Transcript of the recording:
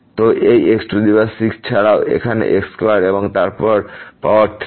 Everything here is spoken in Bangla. তো এই x6এছাড়াও তাই এখান x2 এবং তারপর পাওয়ার 3